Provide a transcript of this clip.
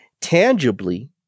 tangibly